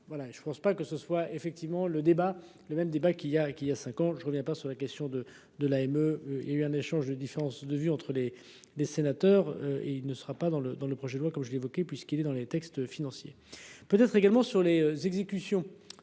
je ne pense pas que ce soit effectivement le débat le même débat qui a qui a 50 ans, je ne reviens pas sur la question de de l'AME. Il y a eu un échange de différences de vues entre les des sénateurs et il ne sera pas dans le, dans le projet de loi comme je l'évoquais puisqu'il est dans les textes financiers peut-être également sur les exécutions